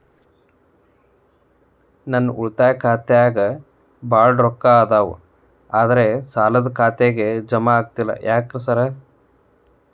ನನ್ ಉಳಿತಾಯ ಖಾತ್ಯಾಗ ಬಾಳ್ ರೊಕ್ಕಾ ಅದಾವ ಆದ್ರೆ ಸಾಲ್ದ ಖಾತೆಗೆ ಜಮಾ ಆಗ್ತಿಲ್ಲ ಯಾಕ್ರೇ ಸಾರ್?